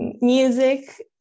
music